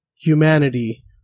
humanity